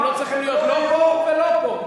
הם לא צריכים להיות לא פה ולא פה.